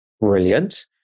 brilliant